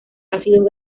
ácidos